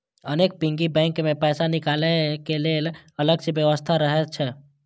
अनेक piggy bank मे पैसा निकालै के लेल अलग सं व्यवस्था रहै छै